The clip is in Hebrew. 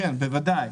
בוודאי.